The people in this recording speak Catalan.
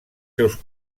seus